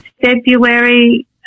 February